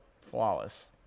flawless